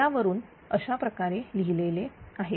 यावरून अशाप्रकारे लिहिलेले आहे